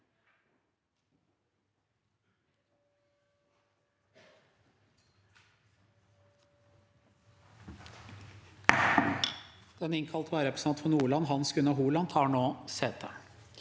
Den innkalte vararepresen- tanten for Nordland, Hans Gunnar Holand, tar nå sete.